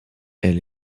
elle